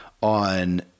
on